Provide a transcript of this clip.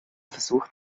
versucht